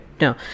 No